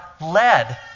led